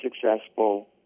successful